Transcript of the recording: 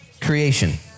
Creation